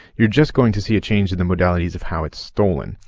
you're just going to see a change in the modalities of how it's stolen.